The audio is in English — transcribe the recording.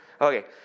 Okay